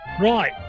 Right